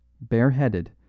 bareheaded